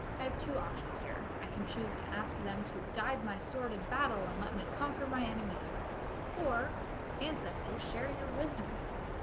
i have two options here i can choose to ask them to guide my sword of battle and let me conquer my enemies or ancestors share your wisdom with me